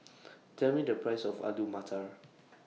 Tell Me The Price of Alu Matar